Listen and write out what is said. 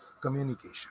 communication